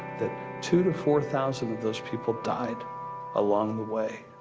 that to to four thousand of those people died along the way.